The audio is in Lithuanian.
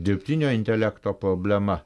dirbtinio intelekto problema